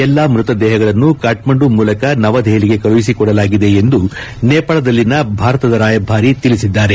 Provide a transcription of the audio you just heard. ಎಲ್ಲಾ ಮೃತದೇಪಗಳನ್ನು ಕಕ್ಕಂಡು ಮೂಲಕ ನವದೆಪಲಿಗೆ ಕಳುಹಿಸಿಕೊಡಲಾಗಿದೆ ಎಂದು ನೇಪಾಳದಲ್ಲಿನ ಭಾರತದ ರಾಯಭಾರಿ ತಿಳಿಸಿದ್ದಾರೆ